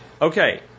okay